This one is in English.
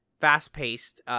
fast-paced